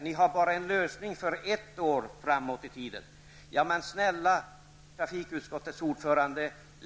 Ni har bara en lösning för ett år framåt i tiden, säger han. Snälla trafikutskottets ordförande!